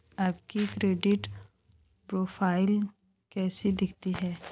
आपकी credit profile कैसी दिखती है?